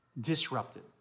disrupted